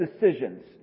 decisions